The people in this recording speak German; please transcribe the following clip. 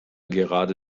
gerade